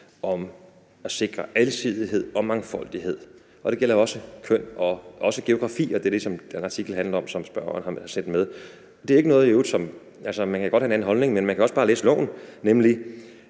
om at sikre alsidighed og mangfoldighed, og det gælder også køn og geografi, og det er det, som den artikel, som spørgeren har sendt med, handler om. Man kan godt have en anden holdning, men man kan også bare læse loven, nemlig